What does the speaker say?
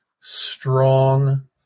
strong